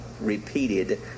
repeated